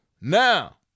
Now